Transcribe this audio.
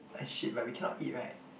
eh shit but we cannot eat right